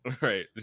right